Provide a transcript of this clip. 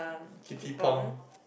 Kitty Pong